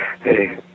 hey